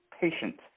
patient